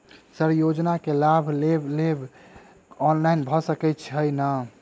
Sir योजना केँ लाभ लेबऽ लेल ऑनलाइन भऽ सकै छै नै?